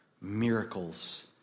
miracles